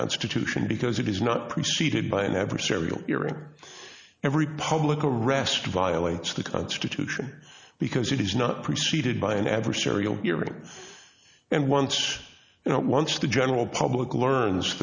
constitution because it is not preceded by in every serial or every public arrest violates the constitution because it is not preceded by an adversarial hearing and once you know once the general public learns